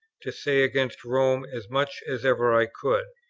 to say against rome as much as ever i could,